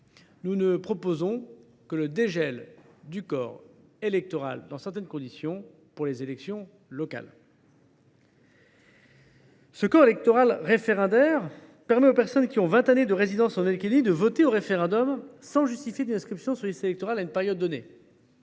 Nous ne proposons que le dégel du corps électoral, dans certaines conditions, pour les élections locales. Le corps électoral référendaire permet aux personnes qui ont vingt années de résidence en Nouvelle Calédonie de participer au référendum sans justifier d’une inscription sur les listes électorales à une période donnée.